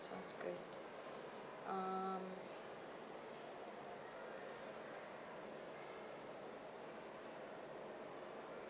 sounds good um